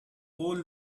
قول